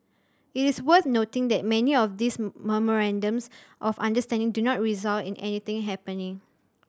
it is worth noting that many of these memorandums of understanding do not result in anything happening